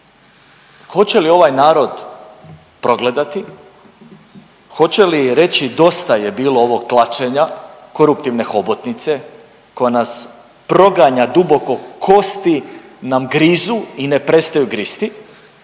hoće li ovaj narod progledati, hoće li reći dosta je bilo ovog tlačenja koruptivne hobotnice koja nas proganja duboko, kosti nam grizu i ne prestaju gristi